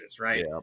right